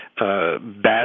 Bad